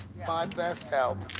my best album.